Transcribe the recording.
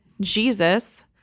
Jesus